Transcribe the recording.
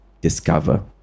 discover